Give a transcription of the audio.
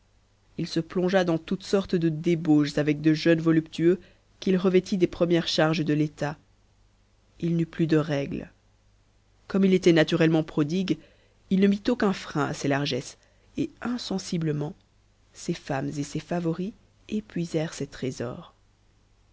i se plongea dans toutes sortes de débauches avec de jeunes voluptueux qu'il revêtit des premières charges de l'état il n'eut plus de règ es comme il était naturellement prodigue il ne mit aucun frein à ses largesses et insensiblement ses femmes et ses favoris épuisèrent ses trésors